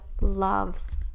loves